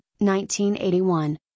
1981